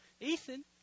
Ethan